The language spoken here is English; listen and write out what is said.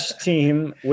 team